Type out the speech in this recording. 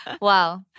Wow